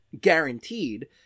guaranteed